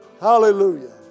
Hallelujah